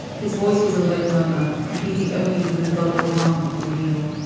his voice was a low murmur, competing only with the methodical hum of the wheel.